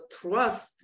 trust